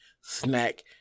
snack